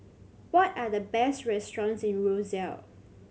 what are the best restaurants in Roseau